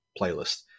playlist